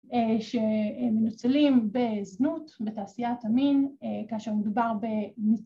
‫שמנוצלים בזנות, בתעשיית המין, ‫כאשר מדובר ב..